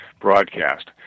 broadcast